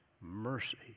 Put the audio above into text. mercy